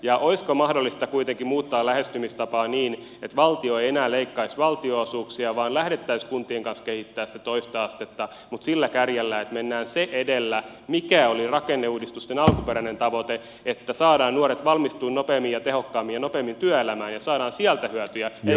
olisiko mahdollista kuitenkin muuttaa lähestymistapaa niin että valtio ei enää leikkaisi valtionosuuksia vaan lähdettäisiin kuntien kanssa kehittämään sitä toista astetta mutta sillä kärjellä että mennään se edellä mikä oli rakenneuudistusten alkuperäinen tavoite että saadaan nuoret valmistumaan nopeammin ja tehokkaammin saadaan heidät nopeammin työelämään ja saadaan sieltä hyötyjä eikä koulutuksen leikkauksilla